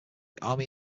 army